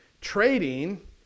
Trading